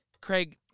Craig